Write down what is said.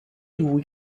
lui